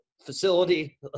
facility